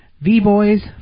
V-Boys